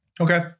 Okay